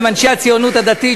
הם אנשי הציונות הדתית,